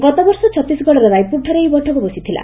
ଗତବର୍ଷ ଛତିଶଗଡର ରାୟପୁରଠାରେ ଏହି ବୈଠକ ବସିଥିଲା